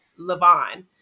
Levon